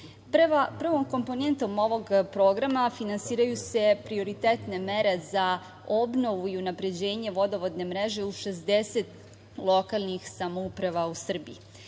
komponentom ovog programa finansiraju se prioritetne mere za obnovu i unapređenje vodovodne mreže u 60 lokalnih samouprava u Srbiji.